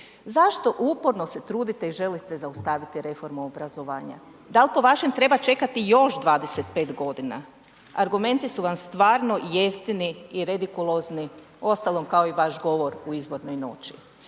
Zašto uporno se trudite i želite zaustaviti reformu obrazovanja? Da li po vašem treba čekat još 25 godina? Argumenti su vam stvarno jeftini i redikulozni, uostalom kao i vaš govor u izbornoj noći.